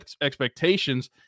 expectations